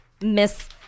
Miss